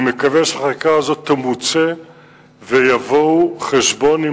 אני מקווה שהחקירה הזאת תמוצה ויבואו חשבון עם